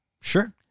Sure